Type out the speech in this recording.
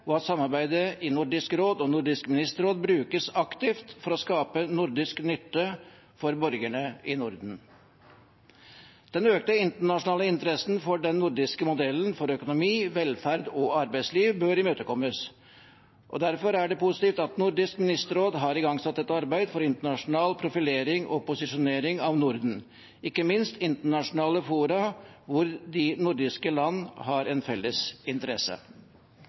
og at samarbeidet i Nordisk råd og i Nordisk ministerråd brukes aktivt for å skape nordisk nytte for borgerne i Norden. Den økte internasjonale interessen for den nordiske modellen for økonomi, velferd og arbeidsliv bør imøtekommes. Derfor er det positivt at Nordisk ministerråd har igangsatt et arbeid for internasjonal profilering og posisjonering av Norden, ikke minst i internasjonale fora hvor de nordiske land har en felles interesse.